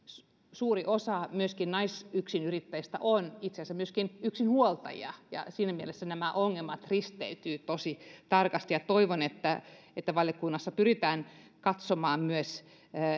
suuri osa naisyksinyrittäjistä on itse asiassa myöskin yksinhuoltajia ja siinä mielessä nämä ongelmat risteytyvät tosi tarkasti toivon että että valiokunnassa pyritään katsomaan myös